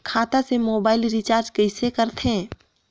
खाता से mobile recharge कइसे करथे